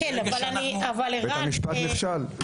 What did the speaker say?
ברגע שאנחנו --- בית המשפט נכשל.